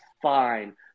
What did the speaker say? Fine